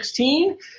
2016